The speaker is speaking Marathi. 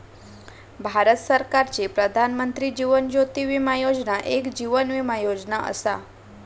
भारत सरकारची प्रधानमंत्री जीवन ज्योती विमा योजना एक जीवन विमा योजना असा